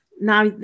Now